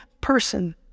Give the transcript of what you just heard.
person